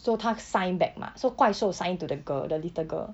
so 她 sign back mah so 怪兽 sign to the girl the little girl